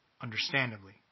understandably